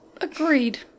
agreed